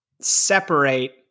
separate